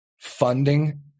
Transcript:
funding